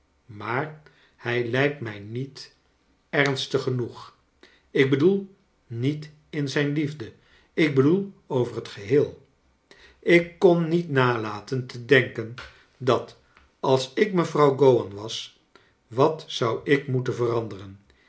maar hij lijkt mij niet ernstig genoeg ik bedoel niet in zijn liefde ik bedoel over het geheel ik kon niet nalaten te denken dat als ik mevrouw gowan was wat zou ik moet en veranderen